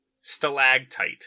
stalactite